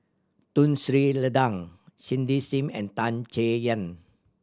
Tun Sri Lanang Cindy Sim and Tan Chay Yan